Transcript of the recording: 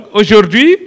aujourd'hui